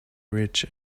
rich